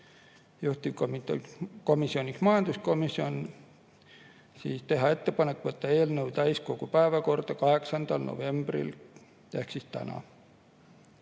juhtivkomisjoniks majanduskomisjon, teha ettepanek võtta eelnõu täiskogu päevakorda 8. novembril ehk siis täna.